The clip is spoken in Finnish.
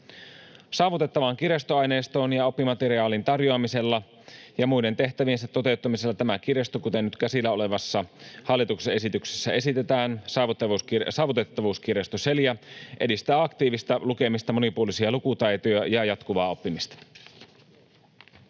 Saavutettavan kirjastoaineiston ja oppimateriaalin tarjoamisella ja muiden tehtäviensä toteuttamisella tämä kirjasto, Saavutettavuuskirjasto Celia, kuten nyt käsillä olevassa hallituksen esityksessä esitetään, edistää aktiivista lukemista, monipuolisia lukutaitoja ja jatkuvaa oppimista.